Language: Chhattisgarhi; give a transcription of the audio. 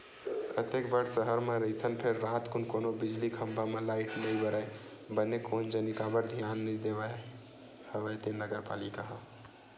अतेक बड़ सहर म रहिथन फेर रातकुन कोनो बिजली खंभा म लाइट नइ बरय बने कोन जनी काबर धियान नइ देवत हवय ते नगर पालिका ह